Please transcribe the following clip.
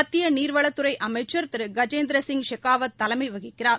மத்தியநீர்வளத்துறைஅமைச்சர் திருகஜேந்திரசிங் ஷெகாவத் தலைமைவகிக்கிறார்